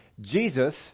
Jesus